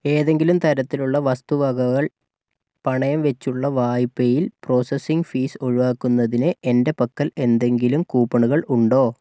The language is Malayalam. ഏതെങ്കിലും തരത്തിലുള്ള വസ്തുവകകൾ പണയംവെച്ചുള്ള വായ്പയിൽ പ്രോസസ്സിംഗ് ഫീസ് ഒഴിവാക്കുന്നതിന് എൻ്റെ പക്കൽ എന്തെങ്കിലും കൂപ്പണുകൾ ഉണ്ടോ